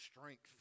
strength